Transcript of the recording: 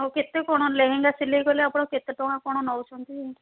ଆଉ କେତେ କ'ଣ ଲେହେଙ୍ଗା ସିଲେଇ କଲେ ଆପଣ କେତେଟଙ୍କା କ'ଣ ନେଉଛନ୍ତି